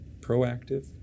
proactive